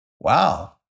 Wow